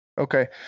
Okay